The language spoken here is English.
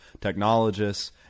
technologists